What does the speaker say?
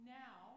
now